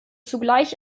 zugleich